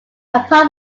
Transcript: apart